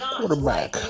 Quarterback